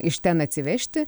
iš ten atsivežti